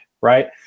right